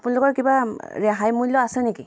আপোনালোকৰ কিবা ৰেহাই মূল্য আছে নেকি